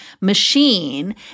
machine